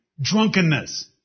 Drunkenness